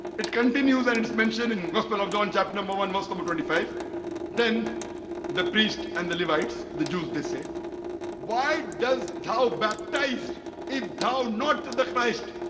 it continues and it is mentioned in gospel of john chapter number one muslim twenty five then the priests and the levites the jews they say why does thou baptize if thou not the the christ?